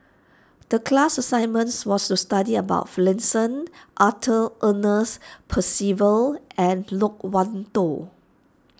the class assignments was to study about Finlayson Arthur Ernest Percival and Loke Wan Tho